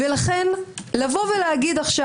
לכן לומר עכשיו: